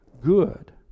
good